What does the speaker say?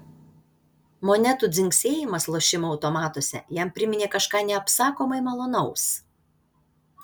monetų dzingsėjimas lošimo automatuose jam priminė kažką neapsakomai malonaus